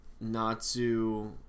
Natsu